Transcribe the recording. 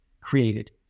created